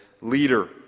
leader